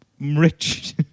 rich